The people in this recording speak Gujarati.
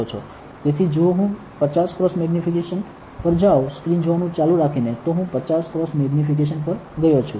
તેથી જો હું 50 x મેગ્નિફિકેશન પર જાઉં સ્ક્રીન જોવાનું ચાલુ રાખીને તો હું 50 x મેગ્નિફિકેશન પર ગયો છું